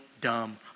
dumb